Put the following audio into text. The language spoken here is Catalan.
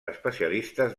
especialistes